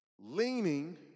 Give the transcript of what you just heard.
Leaning